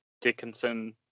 Dickinson